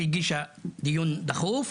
שהגישה הצעה לדיון דחוף,